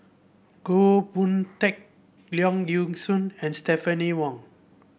Goh Boon Teck Leong Yee Soo and Stephanie Wong